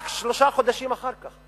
רק שלושה חודשים אחר כך.